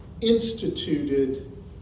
instituted